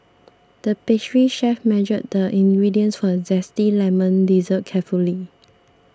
the pastry chef measured the ingredients for a Zesty Lemon Dessert carefully